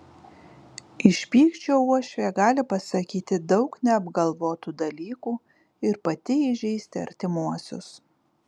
iš pykčio uošvė gali pasakyti daug neapgalvotų dalykų ir pati įžeisti artimuosius